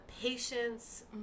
patience